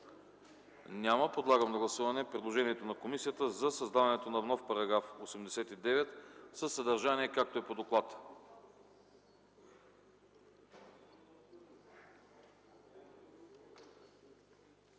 Няма. Подлагам на гласуване предложението на комисията за създаването на § 90 със съдържание, както е по доклада.